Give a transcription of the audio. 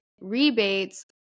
rebates